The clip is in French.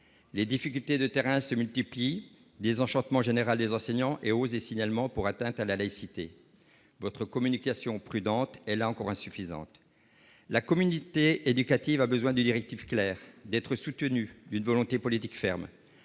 Les difficultés de terrain se multiplient : désenchantement général des enseignants et hausse des signalements pour atteintes à la laïcité. Votre communication prudente est, là encore, insuffisante. La communauté éducative a besoin de directives claires, d'une volonté politique ferme